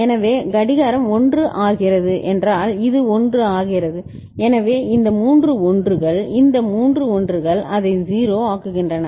எனவே கடிகாரம் 1 ஆகிறது என்றால் இது 1 ஆகிறது எனவே இந்த மூன்று 1 கள் இந்த மூன்று 1 கள் அதை 0 ஆக்குகின்றன